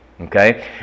Okay